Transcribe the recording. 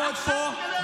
תתבייש.